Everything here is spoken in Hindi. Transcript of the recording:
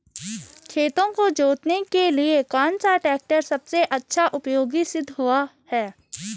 खेतों को जोतने के लिए कौन सा टैक्टर सबसे अच्छा उपयोगी सिद्ध हुआ है?